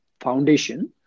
foundation